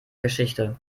geschichte